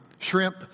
shrimp